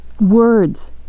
Words